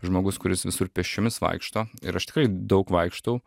žmogus kuris visur pėsčiomis vaikšto ir aš tikrai daug vaikštau